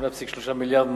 8.3 מיליארד,